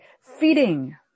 feeding